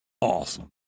awesome